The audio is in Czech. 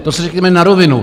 To si řekněme na rovinu.